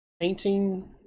painting